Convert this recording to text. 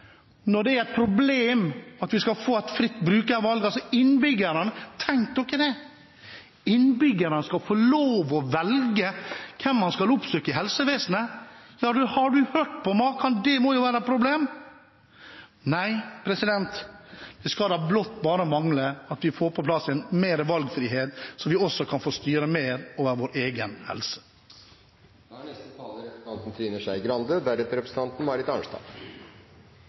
få et fritt brukervalg. Innbyggerne – tenk dere det – skal få lov å velge hvem de skal oppsøke i helsevesenet. Har du hørt på maken, det må jo være et problem! Nei, det skal da blott bare mangle at vi får på plass mer valgfrihet så vi også kan få styre mer over vår egen helse. Jeg må nok si om denne debatten at vi nok føler at den bærer litt preg av at vi alle er